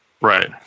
Right